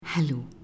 Hello